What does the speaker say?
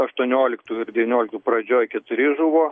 aštuonioliktų ir devynioliktų pradžioj keturi žuvo